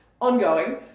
ongoing